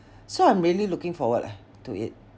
so I'm really looking forward ah to it